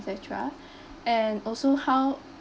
et cetera and also how